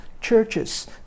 churches